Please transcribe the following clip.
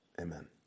Amen